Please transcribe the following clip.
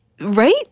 right